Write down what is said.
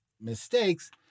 mistakes